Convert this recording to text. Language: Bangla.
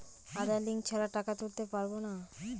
আধার লিঙ্ক ছাড়া টাকা তুলতে পারব না?